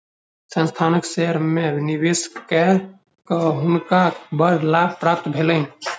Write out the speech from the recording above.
संस्थानक शेयर में निवेश कय के हुनका बड़ लाभ प्राप्त भेलैन